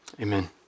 Amen